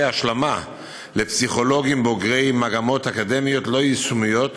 השלמה לפסיכולוגים בוגרי מגמות אקדמיות לא יישומיות